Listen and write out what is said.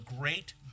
great